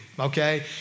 okay